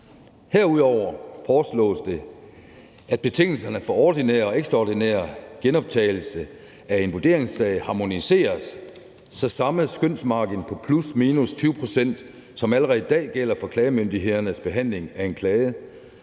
Herudover foreslås det, at betingelserne for ordinær og ekstraordinær genoptagelse af en vurderingssag harmoniseres, så samme skønsmargen på plus/minus 20 pct., som allerede i dag gælder for klagemyndighedernes behandling af en klage